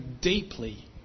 deeply